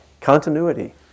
Continuity